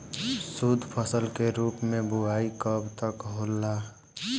शुद्धफसल के रूप में बुआई कब तक होला?